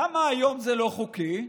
למה היום זה לא חוקי?